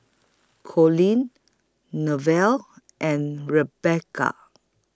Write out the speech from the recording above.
Colleen Nevaeh and Rebecca